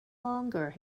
longer